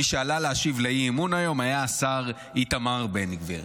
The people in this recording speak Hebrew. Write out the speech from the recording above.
מי שעלה להשיב לאי-אמון היום היה השר איתמר בן גביר,